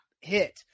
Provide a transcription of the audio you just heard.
hit